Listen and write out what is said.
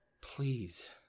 Please